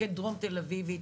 כדרום תל אביבית,